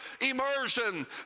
immersion